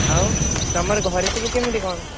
ଆଉ ତୁମର ଘରେ ସବୁ କେମିତି କ'ଣ